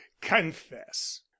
confess